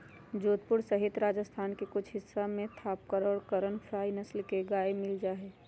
जोधपुर सहित राजस्थान के कुछ हिस्सा में थापरकर और करन फ्राइ नस्ल के गाय मील जाहई